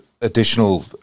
Additional